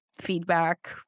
feedback